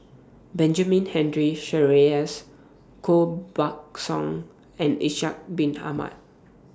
Benjamin Henry Sheares Koh Buck Song and Ishak Bin Ahmad